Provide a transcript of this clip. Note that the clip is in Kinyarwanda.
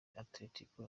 atletico